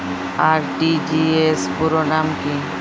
RTGS পুরো নাম কি?